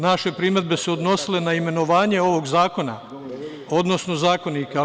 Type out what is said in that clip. Naše primedbe su se odnosile na imenovanje ovog zakona, odnosno zakonika.